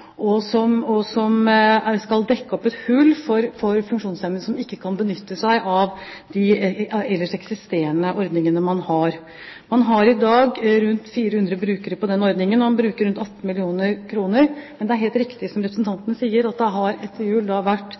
som ble innført i 2001, og som skal dekke opp et hull – for funksjonshemmede som ikke kan benytte seg av de ellers eksisterende ordningene man har. Man har i dag rundt 400 brukere i denne ordningen, og man bruker rundt 18 mill. kr. Men det er helt riktig som representanten sier, at etter jul har det vært